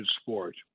sport